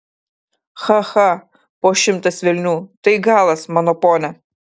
cha cha po šimtas velnių tai galas mano pone